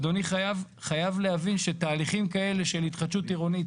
אדוני חייב להבין שתהליכים כאלה של התחדשות עירונית,